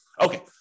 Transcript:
Okay